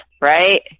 right